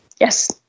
Yes